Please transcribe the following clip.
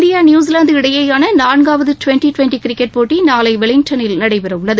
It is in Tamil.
இந்தியா நியுசிலாந்து இடையேயான நான்காவது டுவெண்டி டுவெண்டி கிரிக்கெட் போட்டி நாளை வெலிங்டனில் நடைபெறவுள்ளது